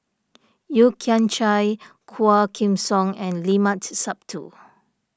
Yeo Kian Chye Quah Kim Song and Limat Sabtu